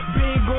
big